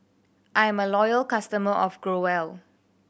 I'm a loyal customer of Growell